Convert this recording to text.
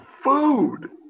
food